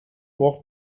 braucht